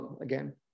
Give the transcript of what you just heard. again